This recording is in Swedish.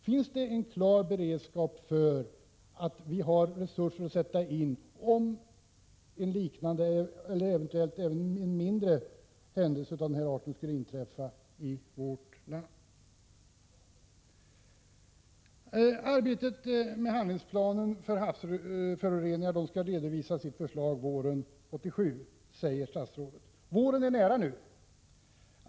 Finns det en klar beredskap och resurser för att sätta in om en liknande, eller även en mindre, händelse av den här arten skulle inträffa i vårt land? Arbetsgruppen för en handlingsplan för havsföroreningar skall redovisa sitt förslag våren 1987, säger statsrådet. Våren är nära.